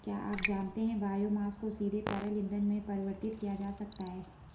क्या आप जानते है बायोमास को सीधे तरल ईंधन में परिवर्तित किया जा सकता है?